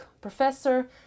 professor